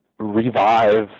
revive